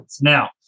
Now